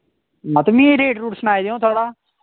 मत मिगी रेट रूट सनाई देओ थोह्ड़ा